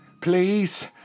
Please